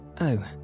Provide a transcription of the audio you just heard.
Oh